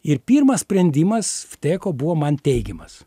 ir pirmas sprendimas vteko buvo man teigiamas